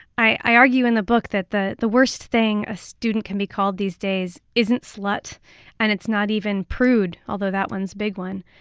i argue in the book that the the worst thing a student can be called these days isn't slut and it's not even prude, although that one's a big one,